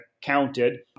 counted